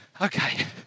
Okay